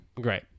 great